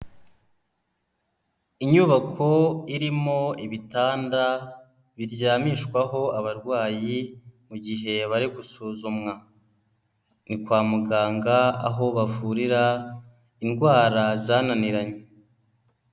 Inyubako irimo ibitanda biryamishwaho abarwayi, mu gihe bari gusuzumwa, ni kwa muganga aho bavurira indwara zananiranye.